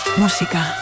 música